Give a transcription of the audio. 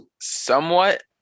Somewhat